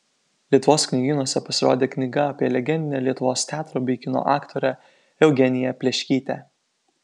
lietuvos knygynuose pasirodė knyga apie legendinę lietuvos teatro bei kino aktorę eugeniją pleškytę